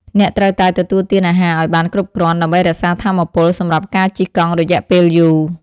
អ្នកត្រូវតែ ទទួលទានអាហារអោយបានគ្រប់គ្រាន់ ដើម្បីរក្សាថាមពលសម្រាប់ការជិះកង់រយៈពេលយូរ។